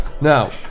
Now